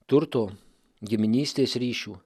turto giminystės ryšių